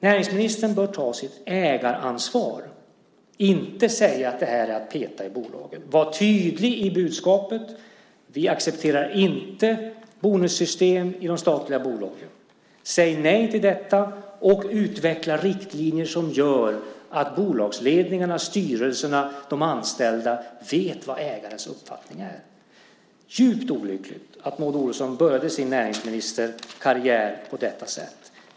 Näringsministern bör ta sitt ägaransvar, inte säga att det här är att peta i bolagen. Var tydlig i budskapet: Vi accepterar inte bonussystem i de statliga bolagen. Säg nej till detta och utveckla riktlinjer som gör att bolagsledningarna, styrelserna och de anställda vet vad ägarens uppfattning är. Det är djupt olyckligt att Maud Olofsson började sin näringsministerkarriär på detta sätt.